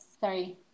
Sorry